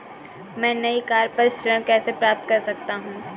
मैं नई कार पर ऋण कैसे प्राप्त कर सकता हूँ?